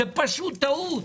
זו טעות.